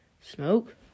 Smoke